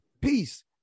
Peace